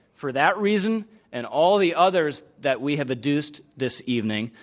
for that reason and all the others that we have deduced this evening,